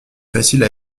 facile